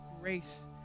grace